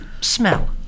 smell